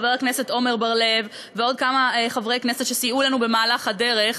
חבר הכנסת עמר בר-לב ועוד כמה חברי כנסת שסייעו לנו במהלך הדרך,